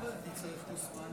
"מי לה' אלי".